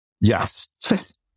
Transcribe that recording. Yes